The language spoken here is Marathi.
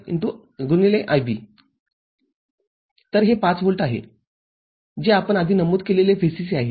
IC βFIB तर हे ५ व्होल्ट आहे जे आपण आधी नमूद केलेले VCC आहे